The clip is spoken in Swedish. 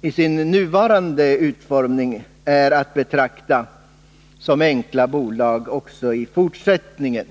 i sin nuvarande utformning är att betrakta som enkla bolag också i fortsättningen.